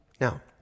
Now